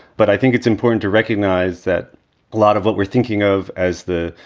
but i think it's important to recognize that a lot of what we're thinking of as the,